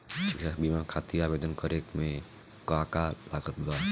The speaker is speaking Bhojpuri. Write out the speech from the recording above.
शिक्षा बीमा खातिर आवेदन करे म का का लागत बा?